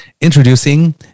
Introducing